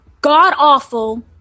god-awful